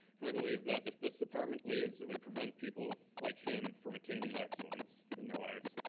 and i believe that if this department leaves, it would prevent people like him from attaining excellence in their lives.